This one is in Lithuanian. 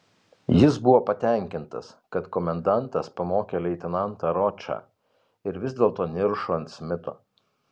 jis buvo patenkintas kad komendantas pamokė leitenantą ročą ir vis dėlto niršo ant smito